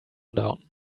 down